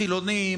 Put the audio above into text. חילוני,